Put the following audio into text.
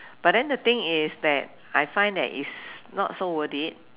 but then the thing is that I find that is not so worth it